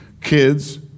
Kids